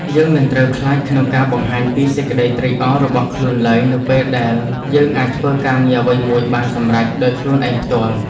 យើងមិនត្រូវខ្លាចក្នុងការបង្ហាញពីសេចក្ដីត្រេកអររបស់ខ្លួនឡើយនៅពេលដែលយើងអាចធ្វើការងារអ្វីមួយបានសម្រេចដោយខ្លួនឯងផ្ទាល់។